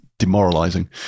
demoralizing